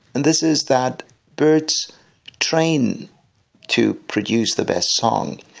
and this is that birds train to produce the best song.